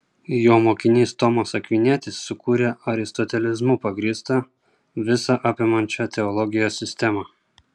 jo mokinys tomas akvinietis sukūrė aristotelizmu pagrįstą visa apimančią teologijos sistemą